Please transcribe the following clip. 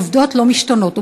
העובדות לא משתנות.